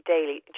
Daily